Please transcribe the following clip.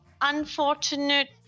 unfortunate